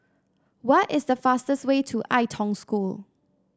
what is the fastest way to Ai Tong School